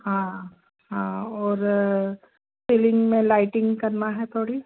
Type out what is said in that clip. हाँ हाँ और सीलिंग में लाइटिंग करना है थोड़ी